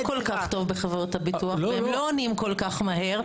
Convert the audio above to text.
כי השירות כנראה לא כל כך טוב בחברות הביטוח והם לא עונים כל כך מהר.